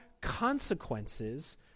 consequences